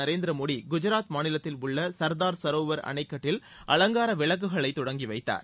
நரேந்திர மோடி குஜராத் மாநிலத்தில் உள்ள சர்தார் சரோவர் அணைக்கட்டில் அலங்கார விளக்குகளைத் தொடங்கி வைத்தார்